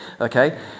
okay